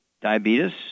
diabetes